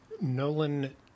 Nolan